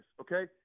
Okay